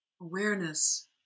awareness